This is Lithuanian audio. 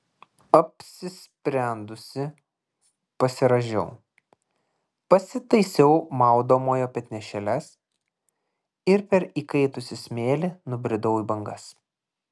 apsisprendusi pasirąžiau pasitaisiau maudomojo petnešėles ir per įkaitusį smėlį nubridau į bangas